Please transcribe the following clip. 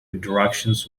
interactions